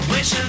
Wish